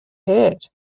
hurt